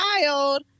child